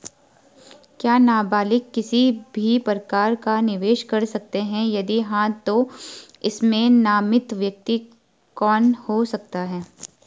क्या नबालिग किसी भी प्रकार का निवेश कर सकते हैं यदि हाँ तो इसमें नामित व्यक्ति कौन हो सकता हैं?